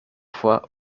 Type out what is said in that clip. fois